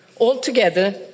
Altogether